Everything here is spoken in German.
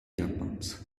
japans